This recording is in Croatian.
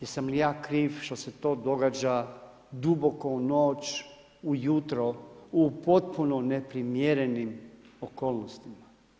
Jesam li ja kriv što se to događa duboko u noć, ujutro u potpuno neprimjerenim okolnostima?